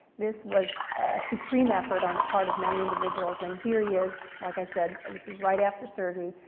this was a supreme effort on the part of many individuals and here he is, like i said, this is right after surgery,